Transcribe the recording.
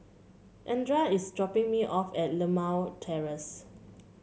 Andra is dropping me off at Limau Terrace